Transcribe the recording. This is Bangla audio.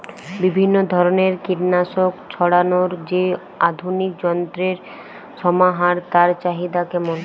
বিভিন্ন ধরনের কীটনাশক ছড়ানোর যে আধুনিক যন্ত্রের সমাহার তার চাহিদা কেমন?